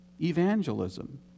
evangelism